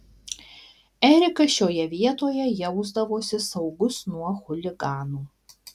erikas šioje vietoje jausdavosi saugus nuo chuliganų